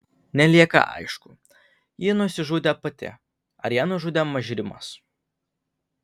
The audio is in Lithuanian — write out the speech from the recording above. nelieka aišku ji nusižudė pati ar ją nužudė mažrimas